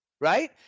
Right